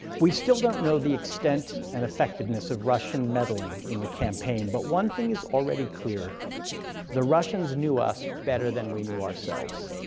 we still don't know the extent and effectiveness of russian meddling in the campaign, but one thing is already clear the russians knew us better than we knew ourselves.